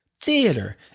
theater